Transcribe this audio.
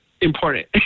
important